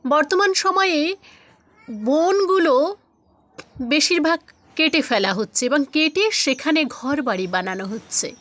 বর্তমান সময়ে বনগুলো বেশিরভাগ কেটে ফেলা হচ্ছে এবং কেটে সেখানে ঘর বাড়ি বানানো হচ্ছে